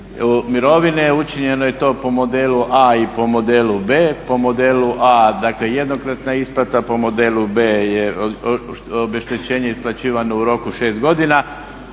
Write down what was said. mirovine. Učinjeno je to po modelu A i po modelu B. Po modelu A dakle jednokratna isplata, po modelu B je obeštećenje isplaćivano u roku 6 godina.